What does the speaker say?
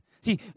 See